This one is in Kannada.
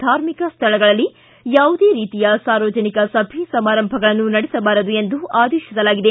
ಧಾರ್ಮಿಕ ಸ್ಥಳಗಳಲ್ಲಿ ಯಾವುದೇ ರೀತಿಯ ಸಾರ್ವಜನಿಕ ಸಭೆ ಸಮಾರಂಭಗಳನ್ನು ನಡೆಸಬಾರದು ಎಂದು ಆದೇಶಿಸಲಾಗಿದೆ